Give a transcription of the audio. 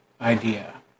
idea